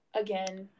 again